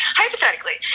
hypothetically